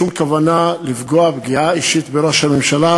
שום כוונה לפגוע פגיעה אישית בראש הממשלה,